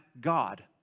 God